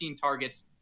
targets